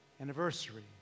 anniversary